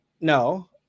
No